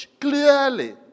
clearly